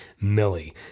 Millie